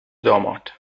داماد